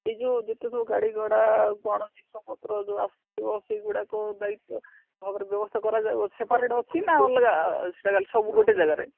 ଏଇ ଯେଉଁ ଯେତେ ସବୁ ଗାଡ଼ି ଘୋଡ଼ା କ'ଣ ଜିନିଷ ପତ୍ର ଯେଉଁ ଆସୁଥିବ ସେଗୁଡ଼ାକ ଦାୟିତ୍ୱ ଭାବରେ ବ୍ୟବସ୍ଥା କରାଯାଉ ସେପାରେଟ୍ ଅଛି ନା ଅଲଗା ସବୁ ଗୋଟେ ଯାଗାରେ